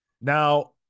Now